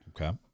Okay